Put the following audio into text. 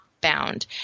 bound